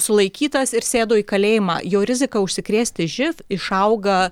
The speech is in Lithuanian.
sulaikytas ir sėdo į kalėjimą jo rizika užsikrėsti živ išauga